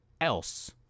else